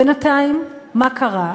בינתיים מה קרה?